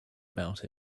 about